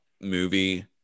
movie